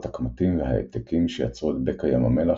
הקמטים וההעתקים שיצרו את בקע ים המלח,